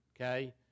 Okay